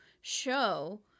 show